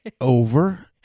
Over